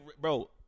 bro